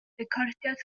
recordiad